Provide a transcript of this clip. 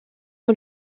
ont